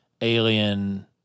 alien